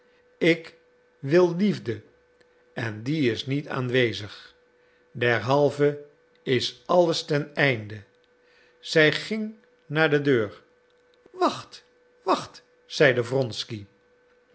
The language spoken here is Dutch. ik wil liefde en die is niet aanwezig derhalve is alles ten einde zij ging naar de deur wacht wacht zeide wronsky